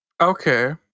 Okay